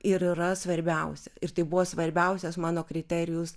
ir yra svarbiausia ir tai buvo svarbiausias mano kriterijus